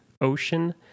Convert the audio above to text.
Ocean